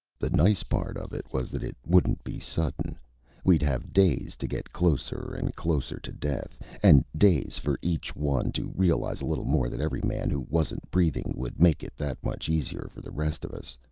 the nice part of it was that it wouldn't be sudden we'd have days to get closer and closer to death and days for each one to realize a little more that every man who wasn't breathing would make it that much easier for the rest of us.